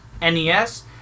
NES